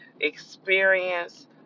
experience